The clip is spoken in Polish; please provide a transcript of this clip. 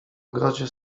ogrodzie